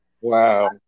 Wow